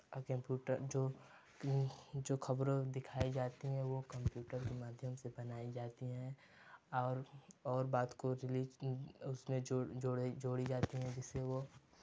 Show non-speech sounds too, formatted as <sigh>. computer जो जो कि जो खबरों दिखाई जाती है वो कम्प्यूटर के माध्यम से बनाई जाती है और और बात को <unintelligible> उसमें जोड़ जोड़ी जोड़ी जाती है जिससे वो